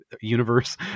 universe